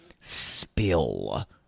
spill